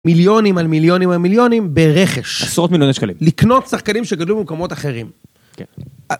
מיליונים על מיליונים על מיליונים ברכש עשרות מיליוני שקלים לקנות שחקנים שגדלו במקומות אחרים.